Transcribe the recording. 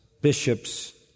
bishops